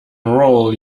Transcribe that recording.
roll